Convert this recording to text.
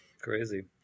Crazy